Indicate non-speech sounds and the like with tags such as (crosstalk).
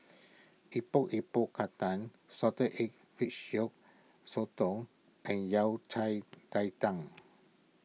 (noise) Epok Epok Kentang Salted Egg Fish Yolk Sotong and Yao Cai (unintelligible) Tang